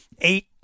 eight